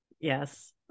yes